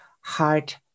heart